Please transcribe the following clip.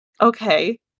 Okay